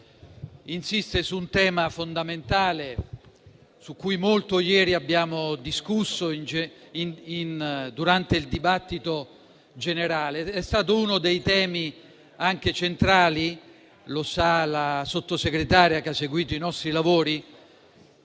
insiste su un tema fondamentale su cui molto ieri abbiamo discusso durante il dibattito generale. È stato anche uno dei temi centrali - lo sa la Sottosegretaria che ha seguito i nostri lavori